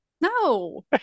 No